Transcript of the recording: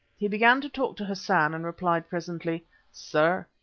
he began to talk to hassan and replied presently sir,